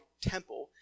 temple